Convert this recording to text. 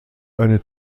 eine